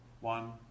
one